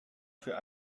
für